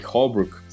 Holbrook